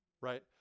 right